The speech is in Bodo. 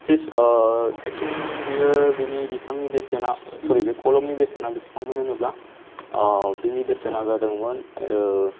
आइ थिं बियो बिनि बिथांनि बेसेना सरि बे खलमनि बेसेना बेसेबां होनोब्ला अ बिनि बेसेना जादोंमोन ओ